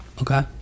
okay